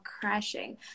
crashing